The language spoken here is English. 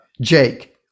Jake